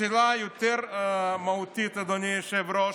השאלה היותר-מהותית, אדוני היושב-ראש,